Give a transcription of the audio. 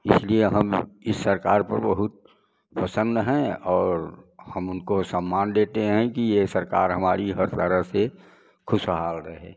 इसलिए हम इस सरकार पर बहुत प्रसन्न हैं और हम उनको सम्मान देते हैं कि ये सरकार हमारी हर तरह से खुशहाल रहे